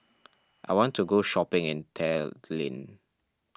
I want to go shopping in Tallinn